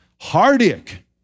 Heartache